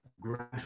gradual